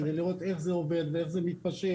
כדי לראות איך זה עובד ואיך זה מתפשט,